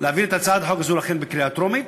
להעביר את הצעת החוק הזאת בקריאה טרומית.